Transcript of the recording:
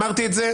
אמרתי את זה,